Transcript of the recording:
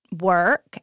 work